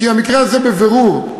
כי המקרה הזה בבירור,